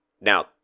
Now